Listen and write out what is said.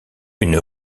une